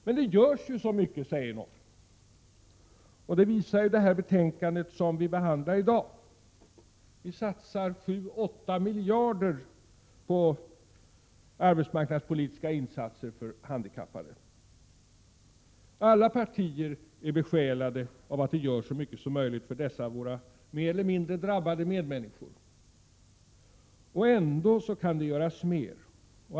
Men det görs ju så mycket, säger någon — och det visar det betänkande som vi behandlar i dag. Vi satsar 7—8 miljarder på arbetsmarknadspolitiska insatser för handikappade. Alla partier är besjälade av en önskan att det görs så mycket som möjligt för dessa våra mer eller mindre drabbade medmänniskor. Och ändå kan det göras mer.